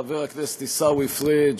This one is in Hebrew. חבר הכנסת עיסאווי פריג',